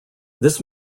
this